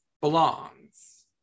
belongs